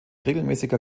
regelmäßiger